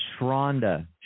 Shronda